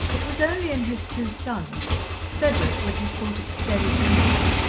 it was only in his two sons cedric, with his sort of steady brilliance,